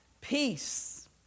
peace